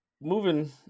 moving